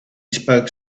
spoke